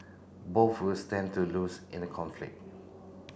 both will stand to lose in a conflict